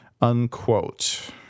Unquote